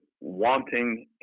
wanting